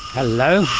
hello,